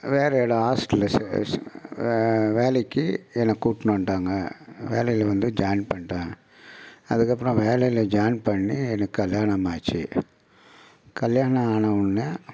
வேறு இடம் ஹாஸ்டலில் செ செ வேலைக்கு என்னை கூப்பிட்டுன்னு வந்துட்டாங்க வேலையில் வந்து ஜாயின்ட் பண்ணிட்டேன் அதுக்கப்புறம் வேலையில் ஜாய்ன் பண்ணி எனக்கு கல்யாணம் ஆச்சு கல்யாணம் ஆனவுன்னே